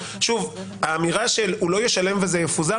אבל האמירה שהוא לא ישלם וזה יפוזר,